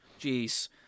Jeez